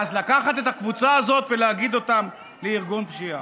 אז לקחת את הקבוצה הזאת ולהגיד שהם ארגון פשיעה?